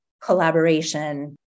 collaboration